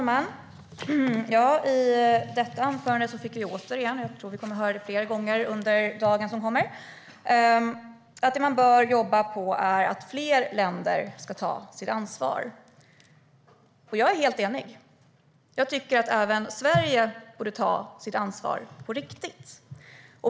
Herr talman! I detta anförande fick vi återigen höra - och jag tror att vi kommer att få höra det fler gånger under dagens debatt - att man bör jobba på att fler länder ska ta sitt ansvar. Jag är helt enig i detta. Även Sverige borde ta sitt ansvar på riktigt.